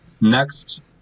next